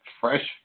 fresh